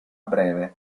breve